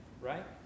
right